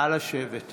(קוראת בשמות חברי הכנסת)